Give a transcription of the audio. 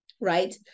right